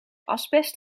asbest